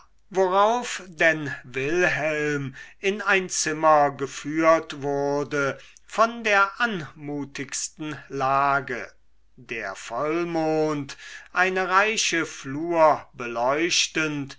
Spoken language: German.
worauf denn wilhelm in ein zimmer geführt wurde von der anmutigsten lage der vollmond eine reiche flur beleuchtend